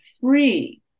free